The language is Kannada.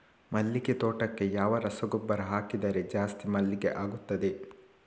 ಮಲ್ಲಿಗೆ ತೋಟಕ್ಕೆ ಯಾವ ರಸಗೊಬ್ಬರ ಹಾಕಿದರೆ ಜಾಸ್ತಿ ಮಲ್ಲಿಗೆ ಆಗುತ್ತದೆ?